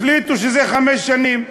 החליטו שזה חמש שנים.